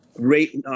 great